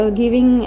giving